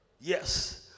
yes